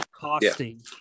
costing